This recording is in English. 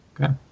Okay